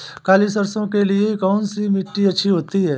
काली सरसो के लिए कौन सी मिट्टी अच्छी होती है?